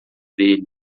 dele